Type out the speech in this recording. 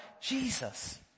Jesus